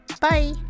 Bye